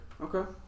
Okay